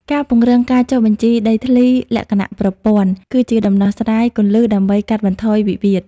ការពង្រឹងការចុះបញ្ជីដីធ្លីលក្ខណៈប្រព័ន្ធ គឺជាដំណោះស្រាយគន្លឹះដើម្បីកាត់បន្ថយវិវាទ។